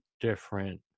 different